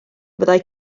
fyddai